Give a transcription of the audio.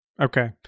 Okay